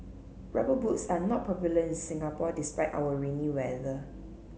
rubber boots are not popular in Singapore despite our rainy weather